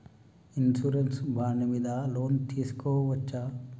Insurance bond మీద loan తీస్కొవచ్చా?